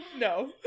No